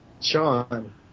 Sean